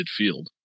midfield